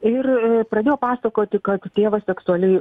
ir pradėjo pasakoti kad tėvas seksualiai